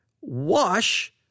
wash